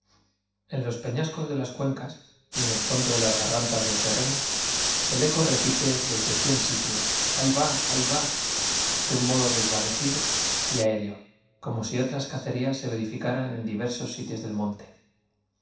en los de las cuencas y en el fondo de peñascos desde cien las gargantas del terreno el eco repite de modo desvanecido y i alrí va ahí va sitios un cacerías verificaran en diversos aéreo como si otras se sitios del monte